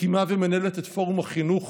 מקימה ומנהלת את פורום החינוך